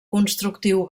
constructiu